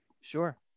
Sure